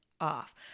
off